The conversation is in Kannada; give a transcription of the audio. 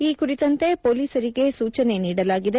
ಈ ಕುರಿತಂತೆ ಪೊಲೀಸರಿಗೆ ಸೂಚನೆ ನೀಡಲಾಗಿದೆ